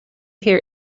here